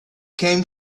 came